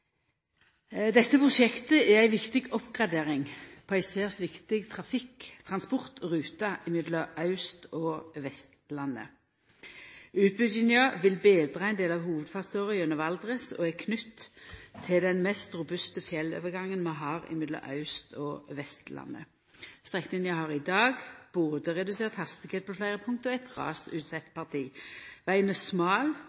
Dette prosjektet er ei viktig oppgradering på ei særs viktig transportrute mellom Aust- og Vestlandet. Utbygginga vil betra ein del av hovudfartsåra gjennom Valdres og er knytt til den mest robuste fjellovergangen vi har mellom Aust- og Vestlandet. Strekninga har i dag både redusert hastigheit på fleire punkt og eit